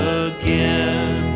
again